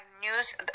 news